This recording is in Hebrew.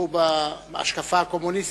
שתמכו בהשקפה הקומוניסטית.